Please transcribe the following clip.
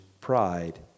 pride